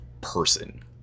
person